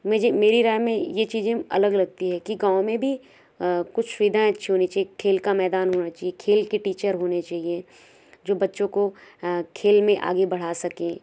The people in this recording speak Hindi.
मुझे मेरी राय में ये चीज़ें अलग लगती हैं कि गाँव में भी कुछ सुविधाएं अच्छी होनी चाहिए खेल का मैदान होना चाहिए खेल के टीचर होने चाहिए जो बच्चों को खेल में आगे बढ़ा सकें